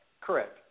Correct